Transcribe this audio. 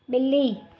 ॿिली